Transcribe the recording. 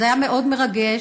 זה היה מאוד מרגש.